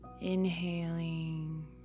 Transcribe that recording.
inhaling